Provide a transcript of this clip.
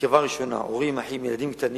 מקרבה ראשונה, הורים, אחים, ילדים קטינים,